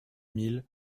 mille